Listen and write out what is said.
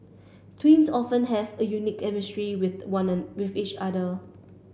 twins often have a unique chemistry with with each other